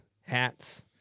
hats